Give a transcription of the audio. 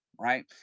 right